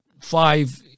five